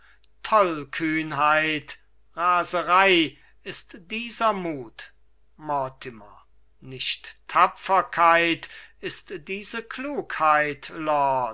tollkühnheit raserei ist dieser mut mortimer nicht tapferkeit ist diese klugheit